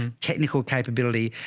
and technical capability,